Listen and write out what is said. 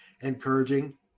encouraging